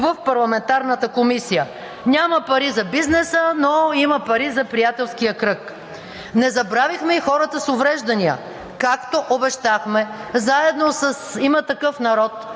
в парламентарната комисия. Няма пари за бизнеса, но има пари за приятелския кръг! Не забравихме и хората с увреждания. Както обещахме, заедно с „Има такъв народ“